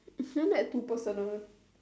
isn't that too personal